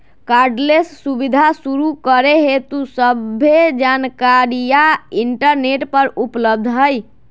cardless सुबीधा शुरू करे हेतु सभ्भे जानकारीया इंटरनेट पर उपलब्ध हई